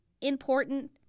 important